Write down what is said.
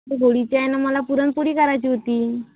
होळीची आहे ना मला पुरणपोळी करायची होती